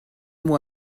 moi